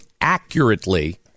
accurately